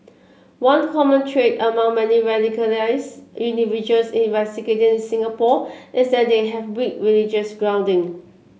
one common trait among many radicalised individuals investigated in Singapore is that they have weak religious grounding